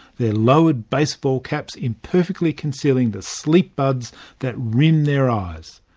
their lowered baseball caps imperfectly concealing the sleep buds that rim their eyes?